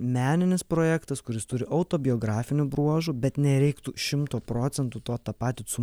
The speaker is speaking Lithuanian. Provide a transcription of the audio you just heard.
meninis projektas kuris turi autobiografinių bruožų bet nereiktų šimto procentų to tapatint su